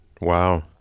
Wow